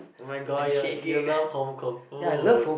[oh]-my-god you you love home cook food